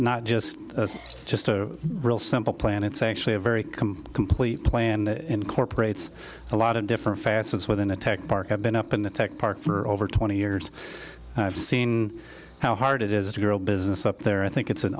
not just just a real simple plan it's actually a very complete plan that incorporates a lot of different facets within a tech park i've been up in the tech park for over twenty years and i've seen how hard it is to grow the business up there i think it's an